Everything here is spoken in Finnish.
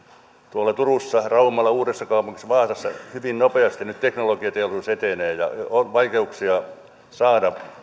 tuolla turussa raumalla uudessakaupungissa vaasassa hyvin nopeasti nyt teknologiateollisuus etenee ja on vaikeuksia saada